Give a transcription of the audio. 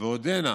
ועודנה